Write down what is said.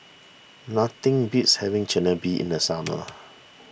nothing beats having Chigenabe in the summer